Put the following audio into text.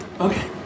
Okay